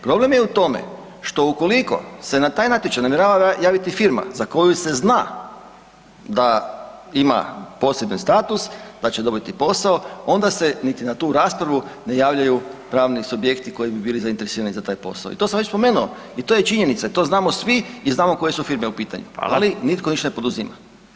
Problem je u tome što ukoliko se na taj natječaj namjerava javiti firma za koju se zna da ima poseban status, da će dobiti posao, onda se niti na tu raspravu ne javljaju pravni subjekti koji bi bili zainteresirani za taj posao i to sam već spomenuo i to je činjenica i to znamo svi i znamo koje su firme u pitanju ali nitko ništa ne poduzima.